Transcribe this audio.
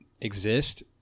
exist